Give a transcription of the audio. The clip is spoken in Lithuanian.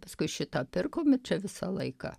paskui šitą pirkom ir čia visą laiką